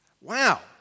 Wow